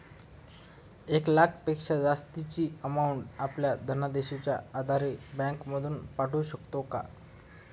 एक लाखापेक्षा जास्तची अमाउंट आपण धनादेशच्या आधारे बँक मधून पाठवू शकतो का?